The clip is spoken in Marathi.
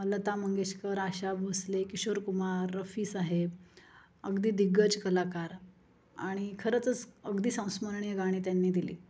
लता मंगेशकर आशा भोसले किशोर कुमार रफी साहेब अगदी दिग्गज कलाकार आणि खरंचच अगदी संस्मरणीय गाणी त्यांनी दिली